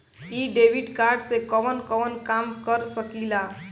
इ debit card से कवन कवन काम कर सकिला?